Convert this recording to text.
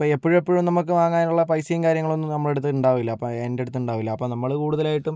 ഇപ്പോൾ എപ്പോഴും എപ്പോഴും നമുക്ക് വാങ്ങാനുള്ള പൈസയും കാര്യങ്ങളൊന്നും നമ്മളുടെ അടുത്ത് ഉണ്ടാകില്ല അപ്പം എൻ്റെ അടുത്ത് ഉണ്ടാകില്ല അപ്പോൾ നമ്മള് കൂടുതലായിട്ടും